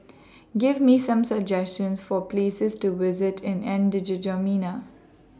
Give Me Some suggestions For Places to visit in N